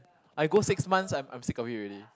I go six months I'm I'm sick of it already